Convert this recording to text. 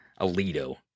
Alito